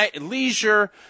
leisure